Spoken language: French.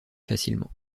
facilement